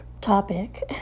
topic